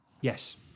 Yes